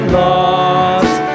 lost